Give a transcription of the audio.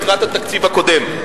לקראת התקציב הקודם.